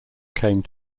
came